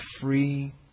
free